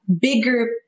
Bigger